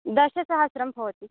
दशसहस्रं भवति